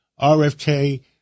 RFK